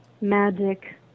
magic